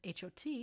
HOT